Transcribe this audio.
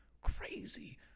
Crazy